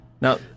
Now